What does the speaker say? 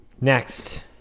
Next